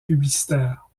publicitaire